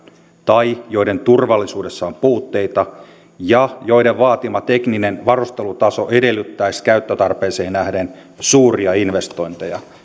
tai joiden turvallisuudessa on puutteita ja joiden vaatima tekninen varustelutaso edellyttäisi käyttötarpeeseen nähden suuria investointeja